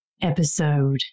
episode